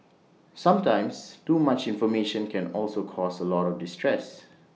sometimes too much information can also cause A lot of distress